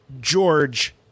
George